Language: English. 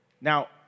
Now